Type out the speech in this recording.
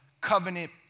covenant